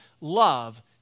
love